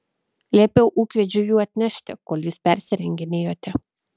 liepiau ūkvedžiui jų atnešti kol jūs persirenginėjote